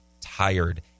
tired